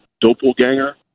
doppelganger